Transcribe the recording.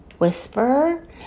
Whisper